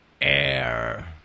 air